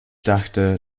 dachte